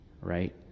right